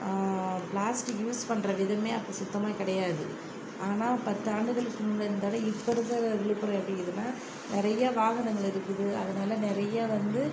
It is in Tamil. பிளாஸ்டிக் யூஸ் பண்ணுற விதமே அப்போ சுத்தமாக கிடையாது ஆனால் பத்து ஆண்டுகளுக்கு முன்ன இருந்ததை விட இப்போ இருக்கிற விழுப்புரம் எப்படி இருக்குதுன்னா நிறைய வாகனங்கள் இருக்குது அதனால் நிறைய வந்து